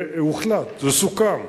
זה הוחלט, זה סוכם.